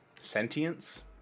sentience